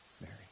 Mary